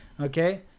okay